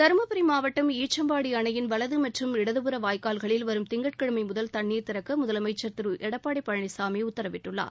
தருமபுரி மாவட்டம் ஈச்சம்பாடி அணையின் வலது மற்றும் இடதுபுற வாய்க்கால்களில் வரும் திங்கட்கிழமை முதல் தண்ணீர் திறக்க முதலமைச்சர் திரு எடப்பாடி பழனிசாமி உத்தரவிட்டுள்ளார்